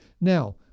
Now